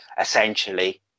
essentially